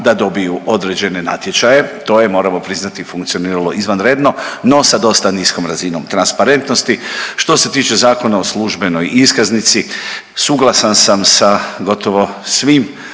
da dobiju određene natječaje, to je moramo priznati funkcioniralo izvanredno, no sa dosta niskom razinom transparentnosti. Što se tiče Zakona o službenoj iskaznici suglasan sam sa gotovo svim